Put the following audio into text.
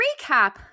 recap